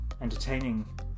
entertaining